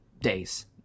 days